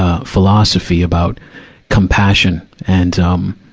ah philosophy about compassion and, um,